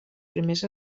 primers